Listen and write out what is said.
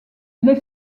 les